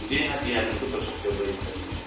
जी हाँ जी हाँ बिल्कुल कर सकते हो कोई दिक्कत नहीं है